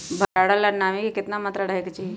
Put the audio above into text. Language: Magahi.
भंडारण ला नामी के केतना मात्रा राहेके चाही?